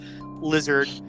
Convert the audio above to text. lizard